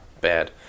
bad